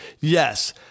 yes –